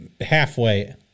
Halfway